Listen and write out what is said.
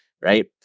right